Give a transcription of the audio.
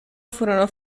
furono